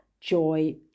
joy